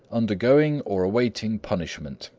undergoing or awaiting punishment.